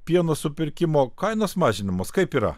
pieno supirkimo kainos mažinamos kaip yra